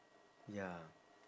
ya